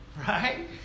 Right